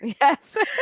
Yes